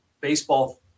baseball